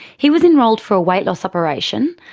he was enrolled for a weight loss operation,